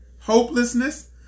Hopelessness